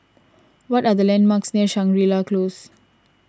what are the landmarks near Shangri La Close